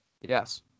yes